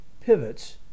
pivots